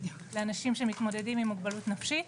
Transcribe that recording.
לאנשים שמתמודדים עם מוגבלות נפשית.